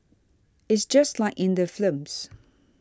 it's just like in the films